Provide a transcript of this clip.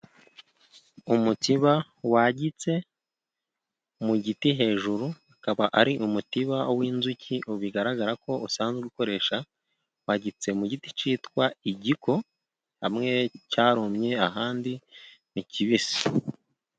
Umutiba wagitse mu giti hejuru, akaba ari umutiba w'inzuki ,bigaragara ko usanzwe ukoresha wagitse mu giti cyitwa igiko ,hamwe cyarumye ahandi ni kibisi.